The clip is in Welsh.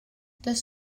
does